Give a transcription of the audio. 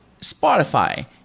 spotify